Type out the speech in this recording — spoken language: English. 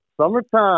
summertime